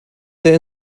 der